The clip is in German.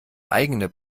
eigene